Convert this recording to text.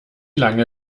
lange